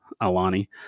Alani